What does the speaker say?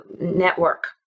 network